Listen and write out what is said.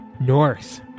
North